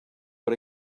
but